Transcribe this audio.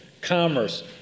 commerce